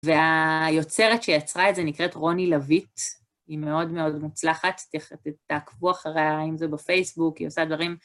והיוצרת שיצרה את זה נקראת רוני לביט, היא מאוד מאוד מוצלחת, תעקבו אחריה, אם זה בפייסבוק, היא עושה דברים